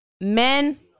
men